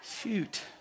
Shoot